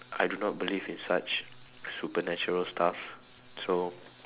I do not believe in such supernatural stuff so